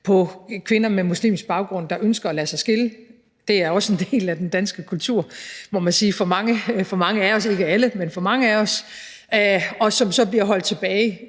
på kvinder med muslimsk baggrund, der ønsker at lade sig skille – det er også en del af den danske kultur, må man sige, for mange af os, ikke alle, men for mange af os – og som så bliver holdt tilbage